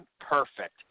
Perfect